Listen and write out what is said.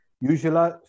usually